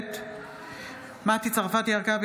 בהצבעה מטי צרפתי הרכבי,